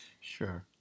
sure